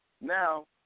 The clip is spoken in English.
now